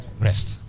rest